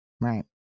Right